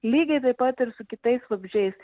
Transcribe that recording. lygiai taip pat ir su kitais vabzdžiais